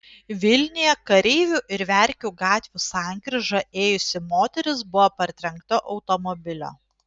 vilniuje kareivių ir verkių gatvių sankryža ėjusi moteris buvo partrenkta automobilio